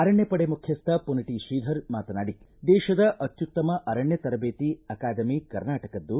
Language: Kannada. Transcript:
ಅರಣ್ಯ ಪಡೆ ಮುಖ್ಯಸ್ಥ ಪುನಿಟ ಶ್ರೀಧರ ಮಾತನಾಡಿ ದೇಶದ ಅತ್ಯುತ್ತಮ ಅರಣ್ಯ ತರಬೇತಿ ಅಕಾದೆಮಿ ಕರ್ನಾಟಕದ್ದು